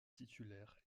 titulaires